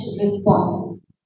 responses